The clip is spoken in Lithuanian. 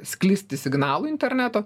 sklisti signalų interneto